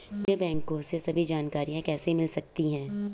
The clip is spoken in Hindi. मुझे बैंकों की सभी जानकारियाँ कैसे मिल सकती हैं?